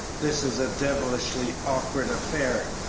this is a devilishly awkward affair,